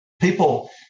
People